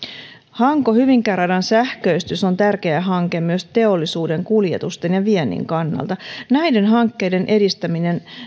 hanko hyvinkää radan sähköistys on tärkeä hanke myös teollisuuden kuljetusten ja viennin kannalta näiden hankkeiden edistäminen